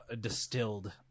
distilled